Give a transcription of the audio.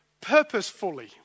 purposefully